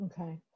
Okay